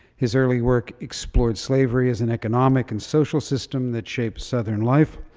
his early work explored slavery as an economic and social system that shaped southern life.